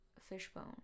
Fishbone